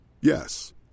Yes